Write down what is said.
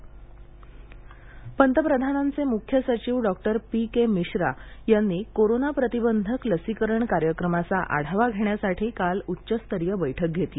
लसीकरण आढावा बैठक पंतप्रधानांचे मुख्य सचिव डॉक्टर पी के मिश्रा यानी कोरोना प्रतिबंधक लसीकरण कार्यक्रमाचा आढावा घेण्यासाठी काल उच्चस्तरीय बैठक घेतली